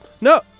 No